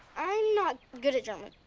i'm not good at german.